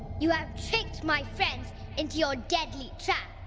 you have tricked my friends into your deadly trap,